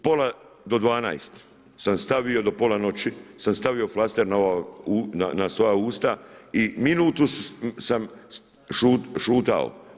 U pola do 12, sam stavio do pola noći, sam stavio flaster na svoja usta i minutu sam šutao.